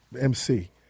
MC